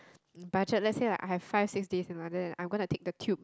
budget like I have five six days in London and I'm gonna take the tube